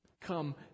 Come